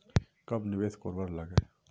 कब निवेश करवार लागे?